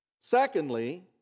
Secondly